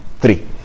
three